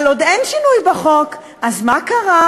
אבל עוד אין שינוי בחוק, אז מה קרה?